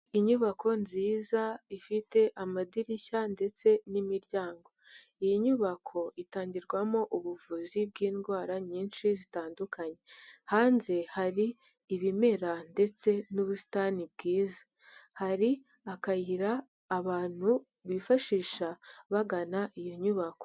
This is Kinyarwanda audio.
Inyubako nziza ifite amadirishya ndetse n'imiryango, iyi nyubako itangirwamo ubuvuzi bw'indwara nyinshi zitandukanye, hanze hari ibimera ndetse n'ubusitani bwiza, hari akayira abantu bifashisha bagana iyo nyubako.